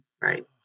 right